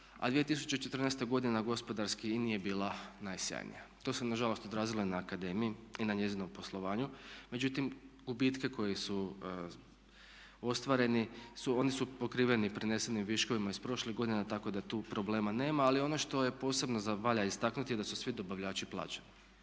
A 2014. godina gospodarski i nije bila najsjajnija. To se nažalost odrazilo i na akademiji i na njezinom poslovanju međutim gubitke koji su ostvareni, oni su pokriveni prenesenim viškovima iz prošlih godina tako da tu problema nema. Ali ono što posebno valja istaknuti da su svi dobavljači plaćeni.